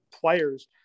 players